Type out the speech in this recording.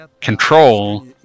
control